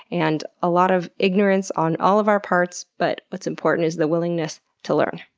and a lot of ignorance on all of our parts. but what's important is the willingness to learn.